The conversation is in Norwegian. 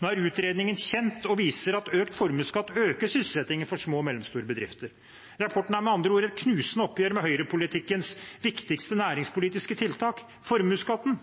Nå er utredningen kjent og viser at økt formuesskatt øker sysselsettingen for små og mellomstore bedrifter. Rapporten er med andre ord et knusende oppgjør med høyrepolitikkens viktigste næringspolitiske tiltak: formuesskatten.